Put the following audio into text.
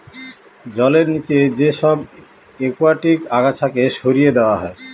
জলের নিচে যে সব একুয়াটিক আগাছাকে সরিয়ে দেওয়া হয়